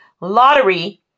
lottery